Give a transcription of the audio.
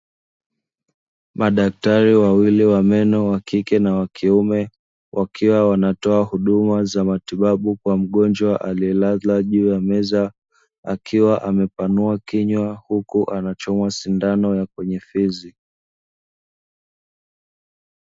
Mdakatari wawili wa meno wakike na kiume wakiwa wanatoa huduma za matibabu kwa mgonjwa, aliyelala juu ya meza akiwa amepanua kinywa huku anachomwa sindano ya kwenye fizi.